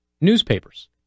newspapers